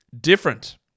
different